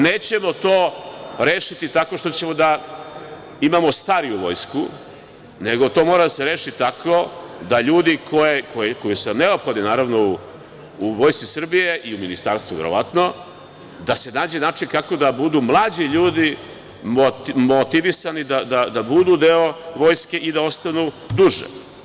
Nećemo to rešiti tako što ćemo da imamo stariju vojsku, nego to mora da se reši tako da ljudi koji su neophodni u Vojsci Srbije u Ministarstvu, verovatno, da se nađe način kako da budu mlađi ljudi motivisani da budu deo vojske i da ostanu duže.